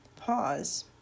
Pause